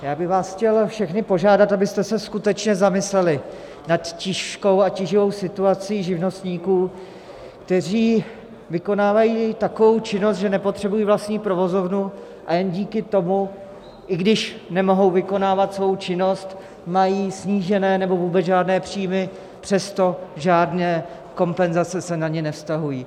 Já bych vás chtěl všechny požádat, abyste se skutečně zamysleli nad tíživou situací živnostníků, kteří vykonávají takovou činnost, že nepotřebují vlastní provozovnu, a jen díky tomu, i když nemohou vykonávat svou činnost, mají snížené nebo vůbec žádné příjmy, a přesto žádné kompenzace se na ně nevztahují.